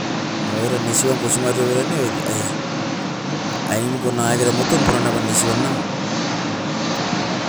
Oiran nesiban kosingare oiran ne oit a ia, a-ai miku nangakera moton purana ban nesiba nou.